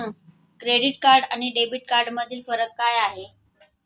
Credit card आणि debit कार्डमधील फरक काय आहे?